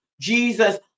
Jesus